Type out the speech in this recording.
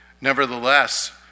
Nevertheless